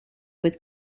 with